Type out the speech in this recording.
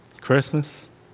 Christmas